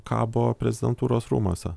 kabo prezidentūros rūmuose